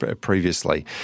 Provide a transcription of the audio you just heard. previously